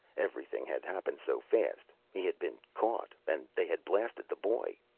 everything had happened so fast. he had been caught. and they had blasted the boy.